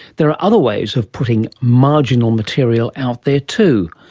there are other ways of putting marginal material out there too,